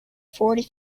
forty